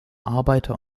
arbeiter